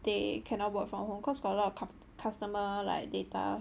they cannot work from home cause got a lot of customer like data